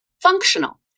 Functional